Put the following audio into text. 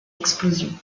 explosion